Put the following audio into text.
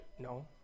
No